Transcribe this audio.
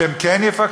שהם כן יפקחו,